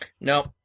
No